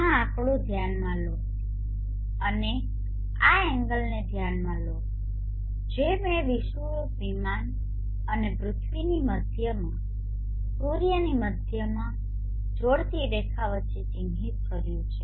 આ આંકડો ધ્યાનમાં લો અને આ એંગલને ધ્યાનમાં લો જે મેં વિષુવવૃત્ત વિમાન અને પૃથ્વીની મધ્યમાં સૂર્યની મધ્યમાં જોડતી રેખા વચ્ચે ચિહ્નિત કર્યું છે